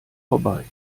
vorbei